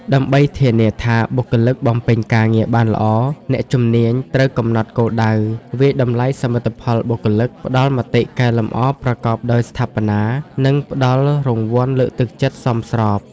ដើម្បីធានាថាបុគ្គលិកបំពេញការងារបានល្អ អ្នកជំនាញ ត្រូវកំណត់គោលដៅ វាយតម្លៃសមិទ្ធផលបុគ្គលិក ផ្តល់មតិកែលម្អប្រកបដោយស្ថាបនា និងផ្តល់រង្វាន់លើកទឹកចិត្តសមស្រប។